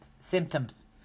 Symptoms